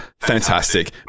fantastic